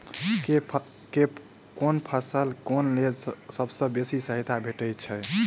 केँ फसल केँ लेल सबसँ बेसी सहायता भेटय छै?